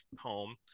home